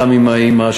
גם עם האימא,